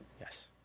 yes